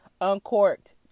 Uncorked